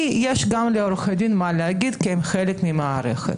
יש גם לעורכי דין מה לומר כי הם חלק מהמערכת.